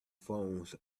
phones